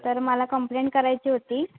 तर मला कम्प्लेंट करायची होती